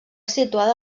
situada